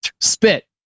Spit